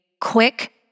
quick